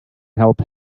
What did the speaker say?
help